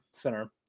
Center